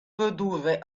produrre